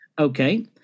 okay